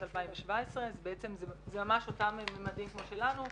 2017 זה ממש אותם מימדים כמו שלנו.